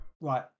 right